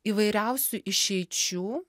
įvairiausių išeičių